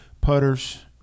putters